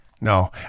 no